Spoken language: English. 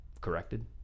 corrected